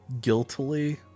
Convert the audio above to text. guiltily